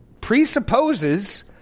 presupposes